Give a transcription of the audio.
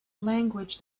language